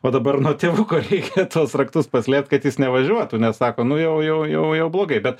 o dabar nuo tėvuko reikia tuos raktus paslėpt kad jis nevažiuotų nes sako nu jau jau jau jau blogai bet